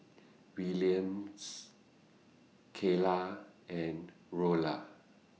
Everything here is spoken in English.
Williams Kaylah and Rolla